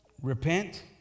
Repent